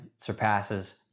surpasses